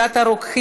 חבר הכנסת עפר שלח,